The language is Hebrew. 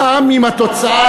גם אם התוצאה,